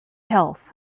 health